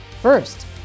First